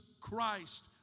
Christ